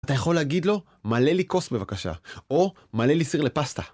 אתה יכול להגיד לו, מלא לי כוס בבקשה, או מלא לי סיר לפסטה.